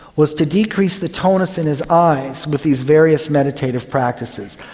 was to decrease the tonus in his eyes with these various meditative practices.